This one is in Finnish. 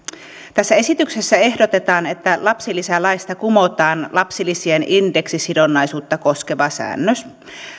tässä esityksessä ehdotetaan että lapsilisälaista kumotaan lapsilisien indeksisidonnaisuutta koskeva säännös